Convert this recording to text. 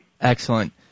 Excellent